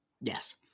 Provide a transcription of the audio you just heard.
Yes